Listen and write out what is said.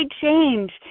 change